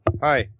Hi